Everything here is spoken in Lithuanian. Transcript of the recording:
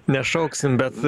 nešauksim bet